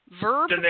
Verb